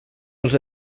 els